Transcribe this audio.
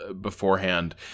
beforehand